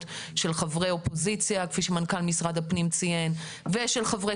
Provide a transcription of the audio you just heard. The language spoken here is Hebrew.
של חברי האופוזיציה כפי שמנכ"ל משרד הפנים ציין ושל חברי